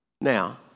Now